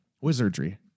wizardry